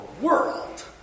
world